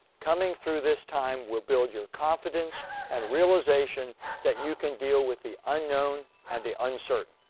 coming through this time, will build your confidence and realization that you can deal with the unknown and the uncertain.